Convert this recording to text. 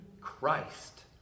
Christ